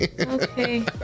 Okay